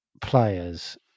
players